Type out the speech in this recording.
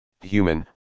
human